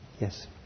Yes